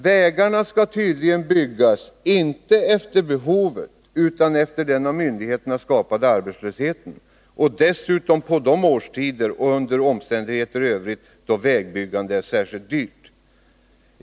Vägarna skall tydligen byggas, inte efter behov utan efter den av myndigheterna skapade arbetslösheten — och dessutom på årstider och under omständigheter i övrigt då vägbyggandet är särskilt dyrt.